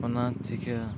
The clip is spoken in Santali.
ᱚᱱᱟ ᱪᱮᱠᱟ